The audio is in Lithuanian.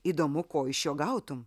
įdomu ko iš jo gautum